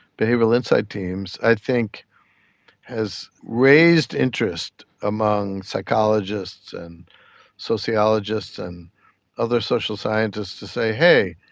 behavioural insights teams, i think has raised interest among psychologists and sociologists and other social scientists to say, hey,